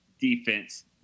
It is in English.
defense